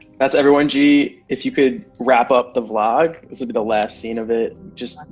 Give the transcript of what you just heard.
that's everyone, g. if you could wrap up the vlog, this'll be the last scene of it. just,